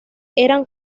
eran